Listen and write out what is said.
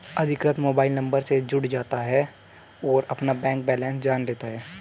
अधिकृत mobile number से जुड़ जाता है और अपना बैंक बेलेंस जान लेता है